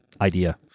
idea